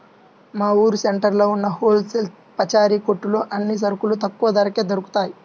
మా ఊరు సెంటర్లో ఉన్న హోల్ సేల్ పచారీ కొట్టులో అన్ని సరుకులు తక్కువ ధరకే దొరుకుతయ్